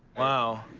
wow,